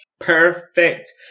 perfect